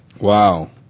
Wow